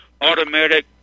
automatic